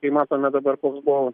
kai matome dabar koks buvo